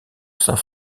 saint